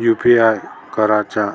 UPI कराच्या